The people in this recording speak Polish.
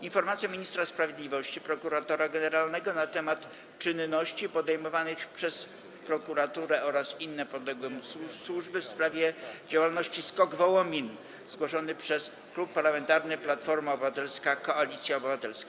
Informacja ministra sprawiedliwości prokuratora generalnego na temat czynności podejmowanych przez prokuraturę oraz inne podległe mu służby w sprawie przestępczej działalności SKOK Wołomin, zgłoszony przez Klub Parlamentarny Platforma Obywatelska - Koalicja Obywatelska,